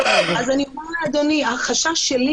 אז אני אומר לאדוני, החשש שלי